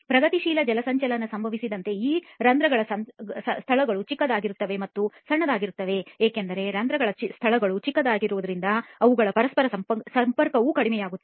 ಪ್ರಗತಿಶೀಲ ಜಲಸಂಚಯನ ಸಂಭವಿಸಿದಂತೆ ಈ ರಂಧ್ರಗಳ ಸ್ಥಳಗಳು ಚಿಕ್ಕದಾಗಿರುತ್ತವೆ ಮತ್ತು ಸಣ್ಣದಾಗಿರುತ್ತವೆ ಏಕೆಂದರೆ ರಂಧ್ರಗಳ ಸ್ಥಳಗಳು ಚಿಕ್ಕದಾಗುವುದರಿಂದ ಅವುಗಳ ಪರಸ್ಪರ ಸಂಪರ್ಕವೂ ಕಡಿಮೆಯಾಗುತ್ತದೆ